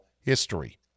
history